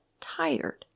tired